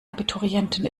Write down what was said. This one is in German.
abiturienten